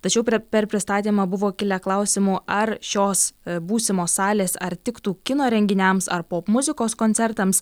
tačiau per pristatymą buvo kilę klausimų ar šios būsimos salės ar tiktų kino renginiams ar popmuzikos koncertams